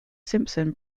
simpson